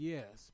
Yes